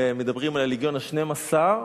מדברים על הלגיון השנים-עשר,